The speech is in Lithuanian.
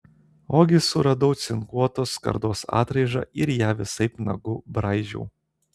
ogi suradau cinkuotos skardos atraižą ir ją visaip nagu braižiau